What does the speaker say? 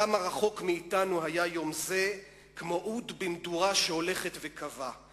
כמה רחוק מאתנו היה יום זה / כמו אוד במדורה שהולכת וכבה /